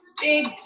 big